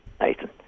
Nathan